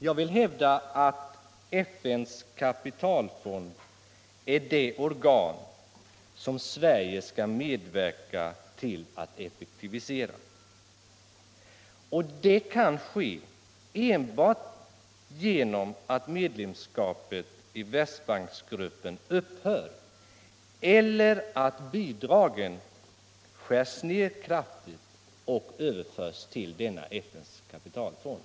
Jag vill hävda Om Sveriges medlemskap i Världsbanken Om Sveriges medlemskap i Världsbanken att FN:s kapitalfond är det organ som Sverige skall medverka till att effektivisera. Det kan ske enbart genom att medlemskapet i Världsbanksgruppen upphör eller genom att bidraget skärs ner kraftigt och överförs till FN:s kapitalfond.